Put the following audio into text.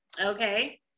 okay